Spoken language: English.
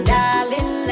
Darling